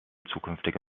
zukünftige